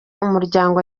umuryango